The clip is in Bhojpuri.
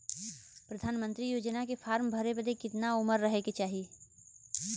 प्रधानमंत्री योजना के फॉर्म भरे बदे कितना उमर रहे के चाही?